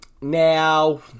now